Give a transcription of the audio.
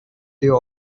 their